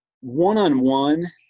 one-on-one